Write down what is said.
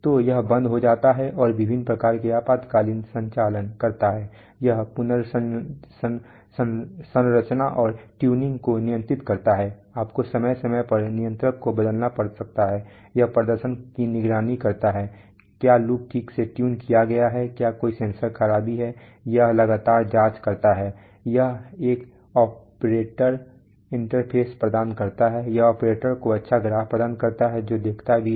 तो यह बंद हो जाता है और विभिन्न प्रकार के आपातकालीन संचालन करता है यह पुनर्संरचना और ट्यूनिंग को नियंत्रित करता है आपको समय समय पर नियंत्रक को बदलना पड़ सकता है यह प्रदर्शन की निगरानी करता है क्या लूप ठीक से ट्यून किया गया है क्या कोई सेंसर खराबी है यह लगातार जाँच करता है यह एक ऑपरेटर इंटरफ़ेस प्रदान करता है यह ऑपरेटर को अच्छा ग्राफ़ प्रदान करता है जो देखता भी है